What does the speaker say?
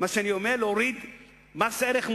מה שאני אומר זה להוריד את מס ערך מוסף,